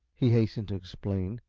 he hastened to explain.